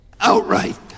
outright